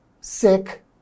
sick